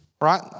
right